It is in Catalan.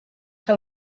que